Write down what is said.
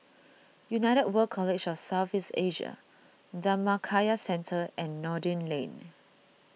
United World College of South East Asia Dhammakaya Centre and Noordin Lane